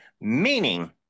Meaning